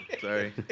sorry